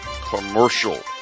commercial